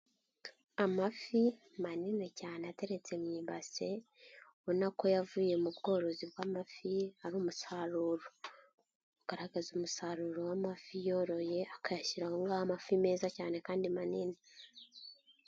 Amafi manini cyane ateretse mu ibasi, ubona ko yavuye mu bworozi bw'amafi, ari umusaruro. Agaragaza umusaruro w'amafi yoroye, akayashyira aho ngaho amafi meza cyane kandi manini.